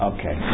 Okay